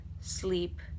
sleep